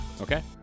Okay